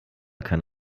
kann